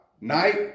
Night